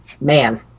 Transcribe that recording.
man